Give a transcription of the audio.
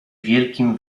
wielkim